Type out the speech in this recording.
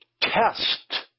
test